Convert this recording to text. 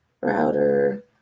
router